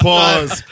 Pause